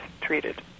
treated